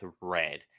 red